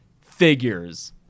figures